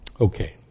Okay